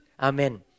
Amen